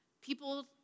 People